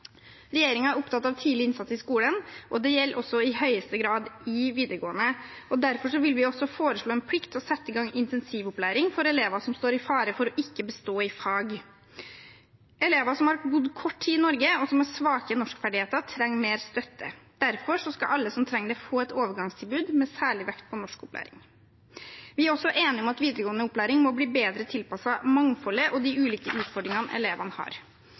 er opptatt av tidlig innsats i skolen – det gjelder også i høyeste grad i videregående. Derfor vil vi også foreslå en plikt til å sette i gang intensivopplæring for elever som står i fare for å ikke bestå fag. Elever som har bodd kort tid i Norge, og som har svake norskferdigheter, trenger mer støtte. Derfor skal alle som trenger det, få et overgangstilbud med særlig vekt på norskopplæring. Vi er også enige om at videregående opplæring må bli bedre tilpasset mangfoldet og de ulike utfordringene elevene har.